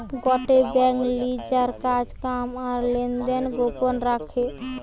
গটে বেঙ্ক লিজের কাজ কাম আর লেনদেন গোপন রাখে